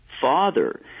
father